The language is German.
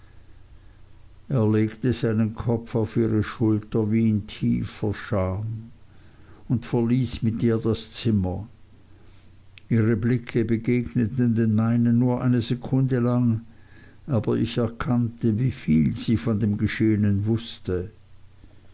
legte seinen kopf auf ihre schulter wie in tiefer scham und verließ mit ihr das zimmer ihre blicke begegneten den meinen nur eine sekunde lang aber ich erkannte wie viel sie von dem geschehenen wußte